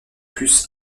plus